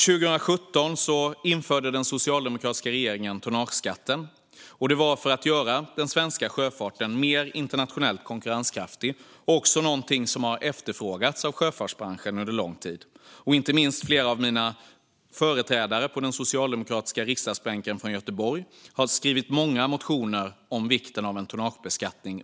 År 2017 införde den socialdemokratiska regeringen tonnageskatten för att göra den svenska sjöfarten mer internationellt konkurrenskraftig, och det var någonting som hade efterfrågats av sjöfartsbranschen under lång tid. Inte minst flera av mina socialdemokratiska företrädare på den göteborgska riksdagsbänken har under årens lopp skrivit många motioner om vikten av en tonnagebeskattning.